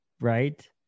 right